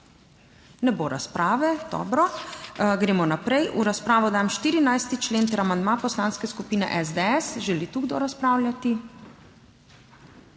Ne bo razprave. Dobro, gremo naprej. V razpravo dajem 14. člen ter amandma Poslanske skupine SDS. Želi kdo razpravljati?